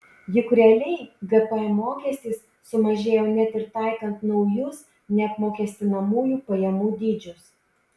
juk realiai gpm mokestis sumažėjo net ir taikant naujus neapmokestinamųjų pajamų dydžius